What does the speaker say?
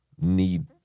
need